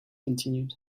continued